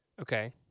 Okay